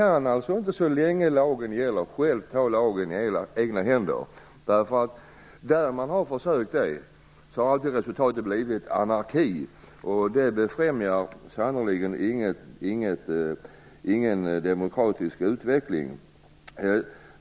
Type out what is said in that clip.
Så länge lagen gäller, kan man dock inte ta den i egna händer. Där man har försökt detta, har resultatet alltid blivit anarki. Det befrämjar sannerligen inte den demokratiska utvecklingen.